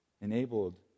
enabled